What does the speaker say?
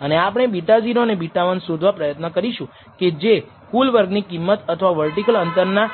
અને આપણે β0 અને β1 શોધવા પ્રયત્ન કરીશું કે જે કુલ વર્ગની કિંમત અથવા વર્ટિકલ અંતર ના